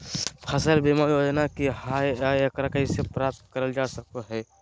फसल बीमा योजना की हय आ एकरा कैसे प्राप्त करल जा सकों हय?